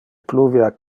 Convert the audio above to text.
pluvia